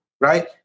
Right